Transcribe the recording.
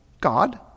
God